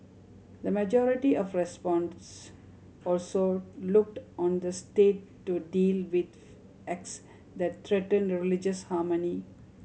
the majority of respondents also looked on the State to deal with acts that threatened religious harmony